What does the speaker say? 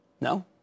No